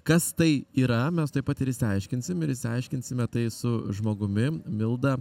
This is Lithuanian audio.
kas tai yra mes tuoj pat ir išsiaiškinsim ir išsiaiškinsime tai su žmogumi milda